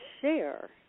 share